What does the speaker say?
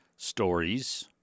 Stories